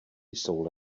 jsou